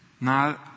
Now